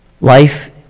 life